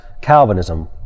Calvinism